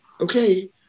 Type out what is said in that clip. okay